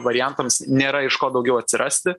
variantams nėra iš ko daugiau atsirasti